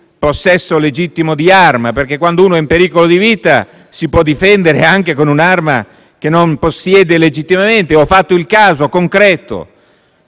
possesso legittimo di arma, perché quando uno è in pericolo di vita si può difendere anche con un'arma che non possiede legittimamente: ho fatto il caso concreto